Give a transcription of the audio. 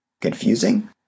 Confusing